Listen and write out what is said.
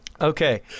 Okay